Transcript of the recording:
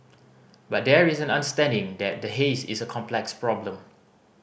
but there is an understanding that the haze is a complex problem